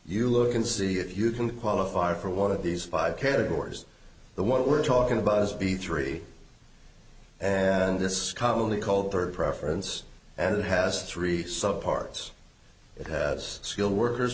you look and see if you can qualify for want of these five categories the what we're talking about is b three and this commonly called third preference and it has three subparts it has skilled workers